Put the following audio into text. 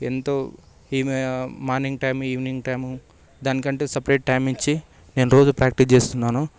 ఎంతో morning time evening time దానికి అంటూ సెపరేట్ టైమ్ ఇచ్చి నేను రోజూ ప్రాక్టీస్ చేస్తున్నాను